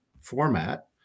format